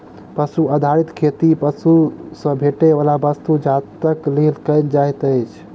पशु आधारित खेती पशु सॅ भेटैयबला वस्तु जातक लेल कयल जाइत अछि